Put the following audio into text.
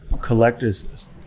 collectors